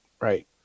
Right